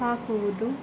ಹಾಕುವುದು